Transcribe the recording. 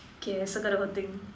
K I circle the whole thing